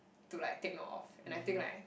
to like take note of and I think like